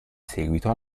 seguito